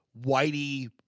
whitey